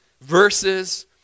verses